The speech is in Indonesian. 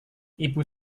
ibu